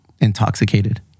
intoxicated